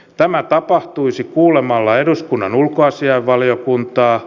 tämä tapahtuisi kuulemalla eduskunnan ulkoasiainvaliokuntaa